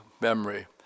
memory